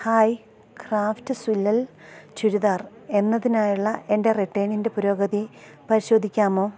hi ക്രാഫ്റ്റ്സ്വില്ലിൽ ചുരിദാർ എന്നതിനായുള്ള എൻ്റെ റിട്ടേണിൻ്റെ പുരോഗതി പരിശോധിക്കാമോ